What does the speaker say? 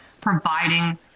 providing